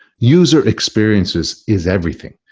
user experiences is everything.